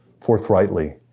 forthrightly